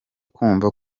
kumva